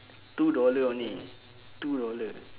two dollar only two dollar